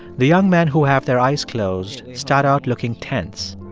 the young men who have their eyes closed start out looking tense,